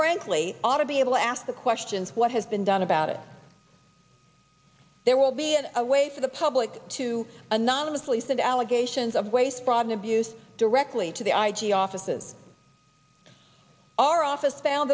frankly ought to be able to ask the questions what has been done about it there will be a a way for the public to anonymously send allegations of waste fraud and abuse directly to the i g offices our office found